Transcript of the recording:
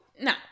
no